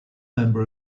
member